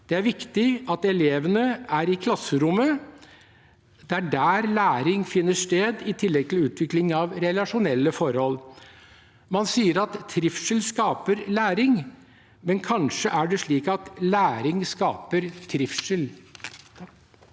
Det er viktig at elevene er i klasserommet. Det er der læring finner sted, i tillegg til utvikling av relasjonelle forhold. Man sier at trivsel skaper læring, men kanskje er det slik at læring skaper trivsel.